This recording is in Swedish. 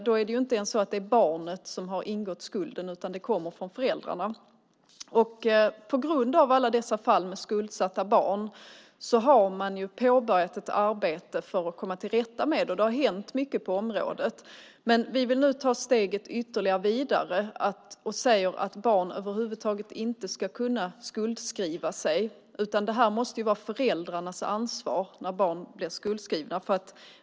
Då är det inte ens barnet som har ingått skulden, utan den kommer från föräldrarna. På grund av alla dessa fall med skuldsatta barn har man påbörjat ett arbete för att komma till rätta med detta. Det har hänt mycket på området. Men vi vill nu ta steget ytterligare vidare och säger att barn över huvud taget inte ska kunna skuldskriva sig. Det måste vara föräldrarnas ansvar när barn blir skuldskrivna.